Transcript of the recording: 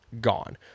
gone